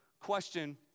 question